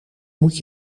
moet